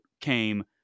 came